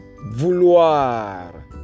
vouloir